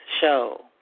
show